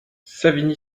savigny